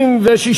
רבותי?